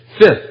fifth